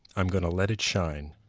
i'm going to let it shine.